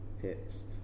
hits